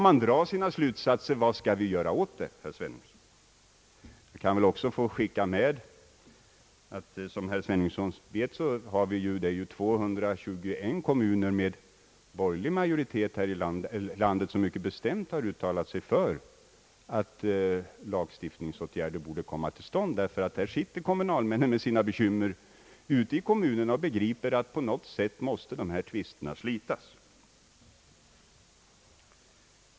Sedan återstår att dra slutsatserna härav, herr Sveningsson, och att ställa frågan vad vi skall göra åt saken. Jag vill erinra herr Sveningsson om att det finns 221 kommuner med borgerlig majoritet här i landet som mycket bestämt har uttalat sig för att lagstiftningsåtgärder borde komma till stånd, därför att där sitter kommunalmännen med sina bekymmer och förstår att dessa tvister på något sätt måste slitas.